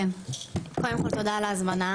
כן קודם כל תודה על ההזמנה.